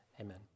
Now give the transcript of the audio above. Amen